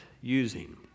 using